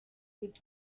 good